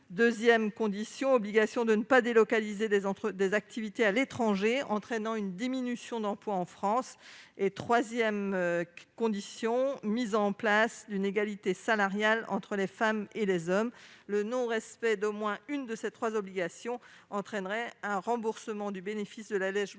deuxièmement, l'obligation de ne pas délocaliser des activités à l'étranger entraînant une diminution des emplois en France ; troisièmement, la mise en place d'une égalité salariale entre les femmes et les hommes. Le non-respect d'au moins l'une de ces trois obligations entraînerait un remboursement du bénéfice de l'allégement